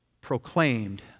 proclaimed